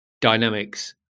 dynamics